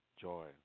Joy